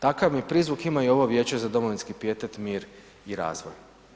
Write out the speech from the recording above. Takav mi prizvuk ima i ovo Vijeće za domovinski pijetet, mir i razvoj.